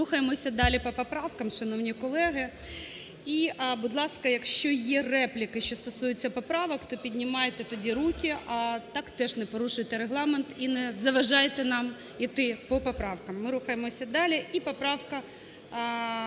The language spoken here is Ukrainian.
Рухаємося далі по поправкам, шановні колеги. І будь ласка, якщо є репліки, що стосуються поправок, то піднімайте тоді руки, а так теж не порушуйте Регламент і не заважайте нам іти по поправкам. Ми рухаємося далі. І поправка